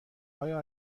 آیا